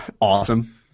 Awesome